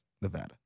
Nevada